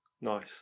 nice